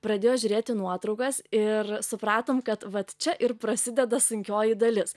pradėjo žiūrėti nuotraukas ir supratom kad vat čia ir prasideda sunkioji dalis